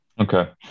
Okay